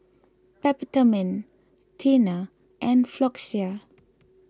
Peptamen Tena and Floxia